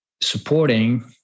supporting